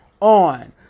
on